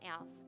else